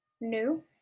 new